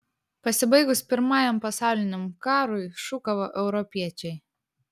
pasibaigus pirmajam pasauliniam karui šūkavo europiečiai